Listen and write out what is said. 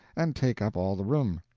and take up all the room.